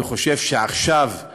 אני חושב שזה